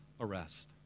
arrest